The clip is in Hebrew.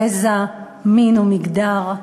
גזע, מין ומגדר,